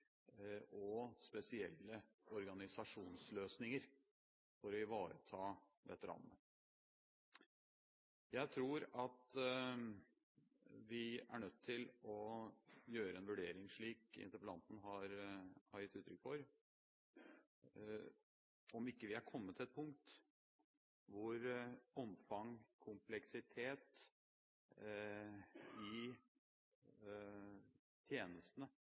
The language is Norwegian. og spesielle organisasjonsløsninger for å ivareta veteranene. Jeg tror at vi er nødt til å gjøre en vurdering av, slik interpellanten har gitt uttrykk for, om ikke vi er kommet til et punkt hvor omfang og kompleksitet i tjenestene